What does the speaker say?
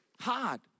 hard